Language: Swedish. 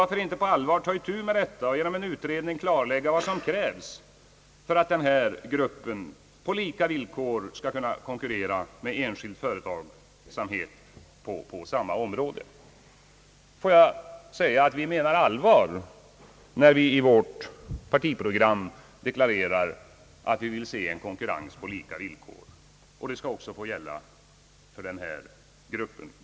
Varför inte på allvar ta itu med detta och genom en utredning klarlägga vad som krävs för att den här gruppen på lika villkor skall kunna konkurrera med enskild företagsamhet på samma områden? Låt mig säga att vi menar allvar, när vi i vårt partiprogram deklarerar att vi vill se en konkurrens på lika villkor, och det skall också få gälla för den här gruppen.